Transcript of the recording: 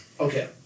Okay